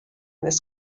this